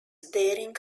daring